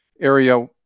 area